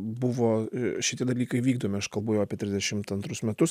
buvo šitie dalykai vykdomi aš kalbu jau apie trisdešimt antrus metus